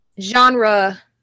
genre